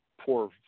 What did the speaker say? poor